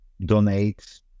donate